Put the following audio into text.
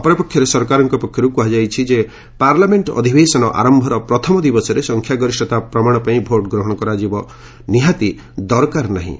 ଅପରପକ୍ଷରେ ସରକାରଙ୍କ ପକ୍ଷରୁ କୁହାଯାଇଛି ଯେ ପାର୍ଲାମେଣ୍ଟ ଅଧିବେଶନ ଆରମ୍ଭର ପ୍ରଥମ ଦିବସରେ ସଂଖ୍ୟାଗରିଷତା ପ୍ରମାଣ ପାଇଁ ଭୋଟ୍ ଗ୍ରହଣ କରାଯିବ ନିହାତି ଦରକାର ନାହିଁ